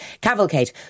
Cavalcade